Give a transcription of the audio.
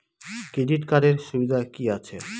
Credit কার্ডের সুবিধা কি আছে?